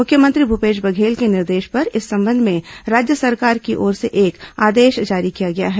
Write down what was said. मुख्यमंत्री भूपेश बघेल के निर्देश पर इस संबंध में राज्य सरकार की ओर से एक आदेश जारी किया गया है